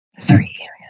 Three